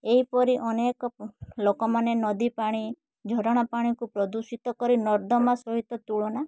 ଏହିପରି ଅନେକ ପ ଲୋକମାନେ ନଦୀ ପାଣି ଝରଣା ପାଣିକୁ ପ୍ରଦୂଷିତ କରି ନର୍ଦ୍ଦମା ସହିତ ତୁଳନା